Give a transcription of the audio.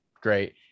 great